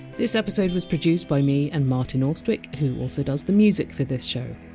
this episode was produced by me and martin austwick, who also does the music for this show.